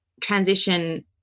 transition